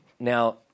Now